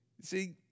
See